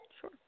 Sure